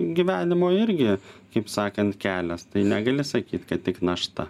gyvenimo irgi kaip sakant kelias tai negali sakyt kad tik našta